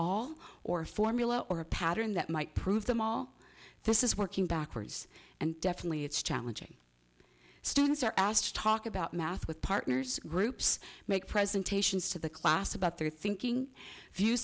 all or formula or a pattern that might prove them all this is working backwards and definitely it's challenging students are asked to talk about math with partners groups make presentations to the class about their thinking view